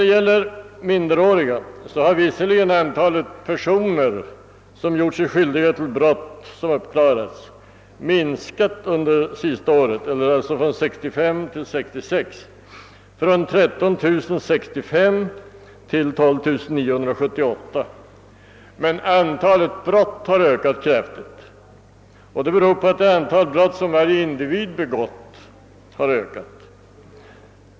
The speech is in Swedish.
Visserligen har antalet minderåriga, som gjort sig skyldiga till brott som uppklarats, minskat från 13 065 år 1965 till 12978 år 1966, men mängden brott har vuxit starkt. Det beror på att det antal brott som varje individ begått har ökat.